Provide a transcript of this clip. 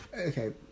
Okay